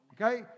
Okay